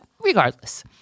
regardless